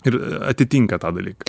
ir atitinka tą dalyką